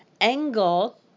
angle